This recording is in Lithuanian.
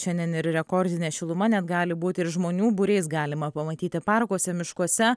šiandien ir rekordinė šiluma net gali būt ir žmonių būriais galima pamatyti parkuose miškuose